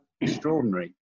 extraordinary